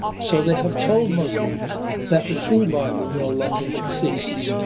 so they have told muslims that the true bible no longer exists,